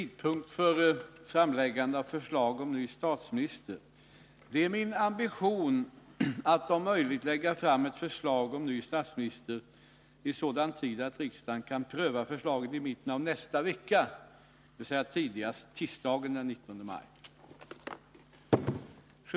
Det är min ambition att om möjligt lägga fram ett förslag om ny statsminister i sådan tid att riksdagen kan pröva förslaget i mitten av nästa vecka, dvs. tidigast tisdagen den 19 maj.